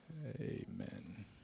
Amen